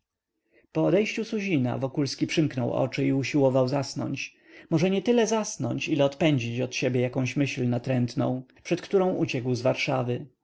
po odejściu suzina wokulski przymknął oczy i usiłował zasnąć może nietyle zasnąć ile odpędzić od siebie jakąś myśl natrętną przed którą uciekł z warszawy